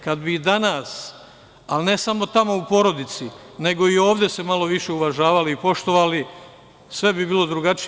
Kada bi danas, ali ne samo tamo u porodici, nego i ovde se malo uvažavali i poštovali, sve bi bilo drugačije.